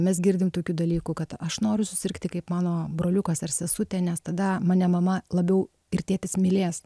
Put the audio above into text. mes girdim tokių dalykų kad aš noriu susirgti kaip mano broliukas ar sesutė nes tada mane mama labiau ir tėtis mylės